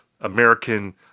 American